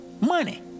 money